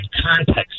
context